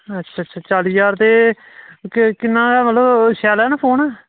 अच्छा अच्छा चाली ज्हार ते किन्ना मतलब शैल ऐ ना फोन